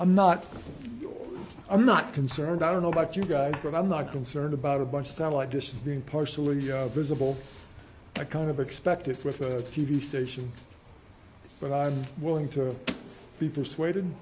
sure i'm not concerned i don't know about you guys but i'm not concerned about a bunch of satellite dishes being partially visible i kind of expect it with a t v station but i'm willing to be persuaded